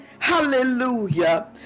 hallelujah